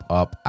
up